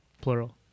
plural